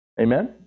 Amen